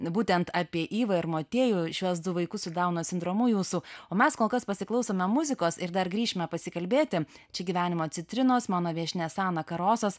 būtent apie ivą ir motiejų šiuos du vaikus su dauno sindromu jūsų o mes kol kas pasiklausome muzikos ir dar grįšime pasikalbėti čia gyvenimo citrinos mano viešnia sana karosas